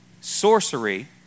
sorcery